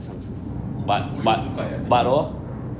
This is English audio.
五六十块 leh I think